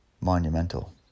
monumental